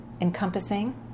encompassing